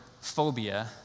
phobia